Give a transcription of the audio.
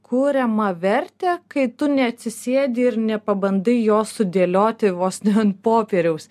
kuriamą vertę kai tu neatsisėdi ir nepabandai jos sudėlioti vos ne ant popieriaus